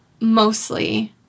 mostly